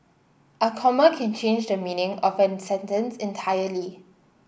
a comma can change the meaning of a sentence entirely